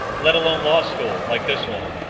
let alone law school like this one.